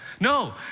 No